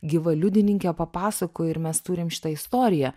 gyva liudininkė papasakojai ir mes turim šitą istoriją